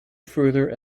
further